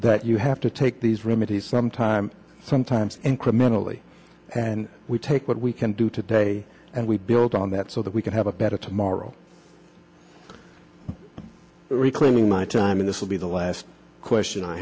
that you have to take these remedies sometimes sometimes incrementally and we take what we can do today and we build on that so that we can have a better tomorrow reclaiming my time in this will be the last question i